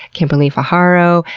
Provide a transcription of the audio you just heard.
kimberly fajardo,